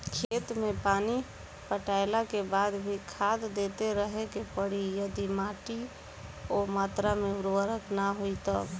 खेत मे पानी पटैला के बाद भी खाद देते रहे के पड़ी यदि माटी ओ मात्रा मे उर्वरक ना होई तब?